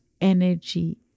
energy